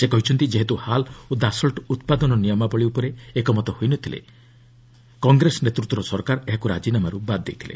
ସେ କହିଛନ୍ତି ଯେହେତୁ ହାଲ୍ ଓ ଦାସଲ୍ଚ ଉତ୍ପାଦନ ନିୟମାବଳୀ ଉପରେ ଏକମତ ହୋଇନଥିଲେ କଂଗ୍ରେସ ନେତୃତ୍ୱ ସରକାର ଏହାକୁ ରାଜିନାମାରୁ ବାଦ ଦେଇଥିଲେ